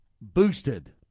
boosted